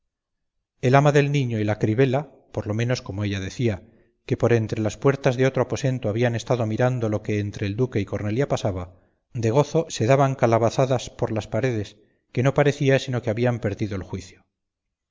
el ama del niño y la cribela por lo menos como ella decía que por entre las puertas de otro aposento habían estado mirando lo que entre el duque y cornelia pasaba de gozo se daban de calabazadas por las paredes que no parecía sino que habían perdido el juicio